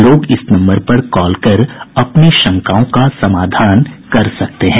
लोग इस नम्बर पर कॉल कर अपनी शंकाओं का समाधान कर सकते हैं